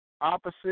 opposite